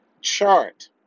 chart